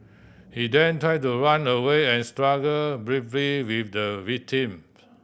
he then try to run away and struggle briefly with the victim